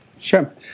Sure